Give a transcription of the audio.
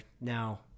now